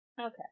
Okay